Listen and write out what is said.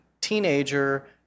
teenager